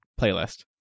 playlist